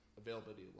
availability